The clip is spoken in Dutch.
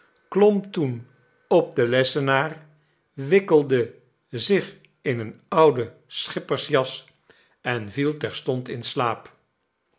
klom toen op den lessenaar wikkelde zich in een ouden schippersjas en viel terstond in slaap